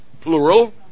plural